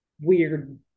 weird